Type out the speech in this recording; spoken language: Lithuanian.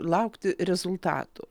laukti rezultatų